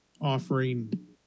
offering